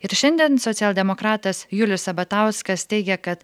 ir šiandien socialdemokratas julius sabatauskas teigia kad